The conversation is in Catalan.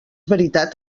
veritat